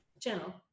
channel